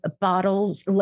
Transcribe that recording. bottles